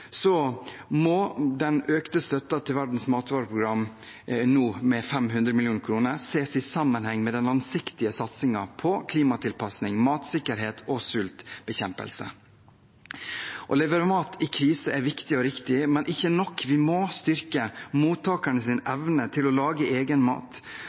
må vår økte støtte til Verdens matvareprogram på 500 mill. kr ses i sammenheng med den langsiktige satsingen på klimatilpasning, matsikkerhet og sultbekjempelse. Å levere mat i krise er viktig og riktig, men ikke nok. Vi må styrke mottakernes evne til å lage egen mat,